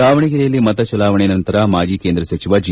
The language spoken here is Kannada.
ದಾವಣಗೆರೆಯಲ್ಲಿ ಮತ ಚಲಾವಣೆ ನಂತರ ಮಾಜಿ ಕೇಂದ್ರ ಸಚಿವ ಜಿ